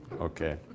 Okay